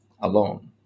alone